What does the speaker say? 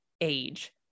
age